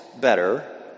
better